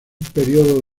período